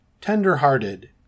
tender-hearted